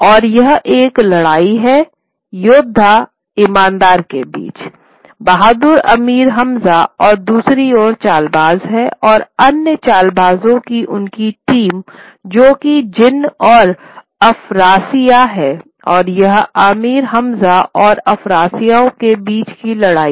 और यह एक लड़ाई है योद्धा ईमानदार के बीच बहादुर अमीर हमजा और दूसरी ओर चालबाज हैं और अन्य चालबाजों की उनकी टीम जो कि जिन और अफरासिया हैं और यह आमिर हमजा और अफरासिया के बीच की लड़ाई है